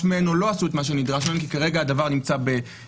מהן או לא עשו את מה שנדרש מהן כי כרגע הדבר נמצא בבדיקה